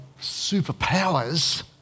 superpowers